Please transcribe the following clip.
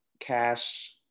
cash